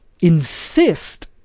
insist